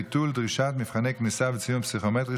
ביטול דרישת מבחני כניסה וציון פסיכומטרי,